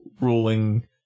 ruling